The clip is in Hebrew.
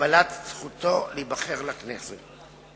הגבלת זכותו להיבחר לכנסת.